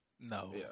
No